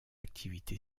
activité